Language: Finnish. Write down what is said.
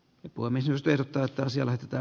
nyt puomisysteemi tuottaa siellä pitää